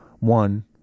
One